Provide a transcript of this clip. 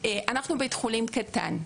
אנחנו בית חולים קטן,